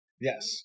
Yes